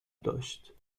داشت